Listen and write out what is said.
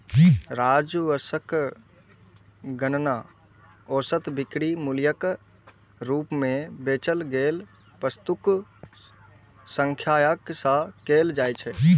राजस्वक गणना औसत बिक्री मूल्यक रूप मे बेचल गेल वस्तुक संख्याक सं कैल जाइ छै